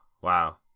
wow